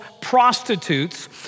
prostitutes